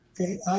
Okay